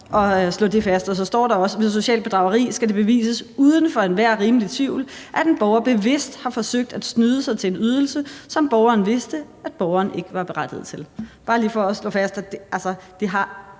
lige slå fast. Og så står der også: »Ved socialt bedrageri skal det bevises uden for enhver rimelig tvivl, at en borger bevidst har forsøgt at snyde sig til en ydelse, som borgeren vidste, borgeren ikke var berettiget til.« Det siger jeg bare lige for at slå fast, at det ikke